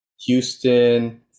houston